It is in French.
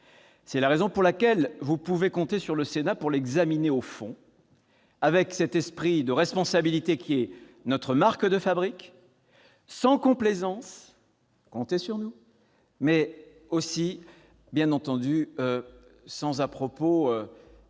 le secrétaire d'État, vous pouvez compter sur le Sénat pour l'examiner sur le fond, avec cet esprit de responsabilité qui est notre marque de fabrique, sans complaisance- comptez sur nous-, mais aussi, bien entendu, sans manque